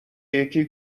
یکی